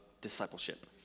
discipleship